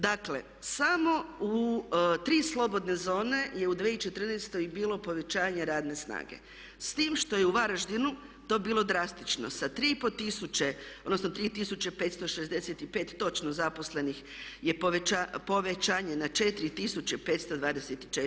Dakle, samo u tri slobodne zone je u 2014. bilo povećanje radne snage, s tim što je u Varaždinu to bilo drastično sa 3 i pol tisuće, odnosno 3565 točno zaposlenih je povećanje na 4524.